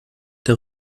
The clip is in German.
der